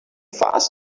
faster